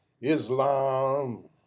Islam